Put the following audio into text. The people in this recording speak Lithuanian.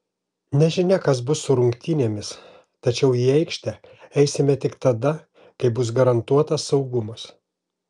nežinia kas bus su rungtynėmis tačiau į aikštę eisime tik tada kai bus garantuotas saugumas